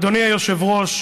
אדוני היושב-ראש,